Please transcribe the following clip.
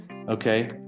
Okay